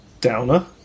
downer